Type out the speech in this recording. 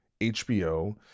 HBO